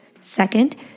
Second